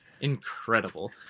incredible